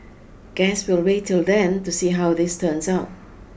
guess we'll wait till then to see how this turns out